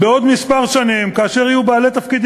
בעוד שנים מספר,